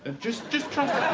and just just trust me.